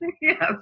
Yes